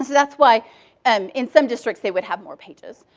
that's why and in some districts they would have more pages.